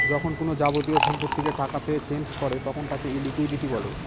যখন কোনো যাবতীয় সম্পত্তিকে টাকাতে চেঞ করে তখন তাকে লিকুইডিটি বলে